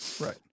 right